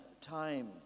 time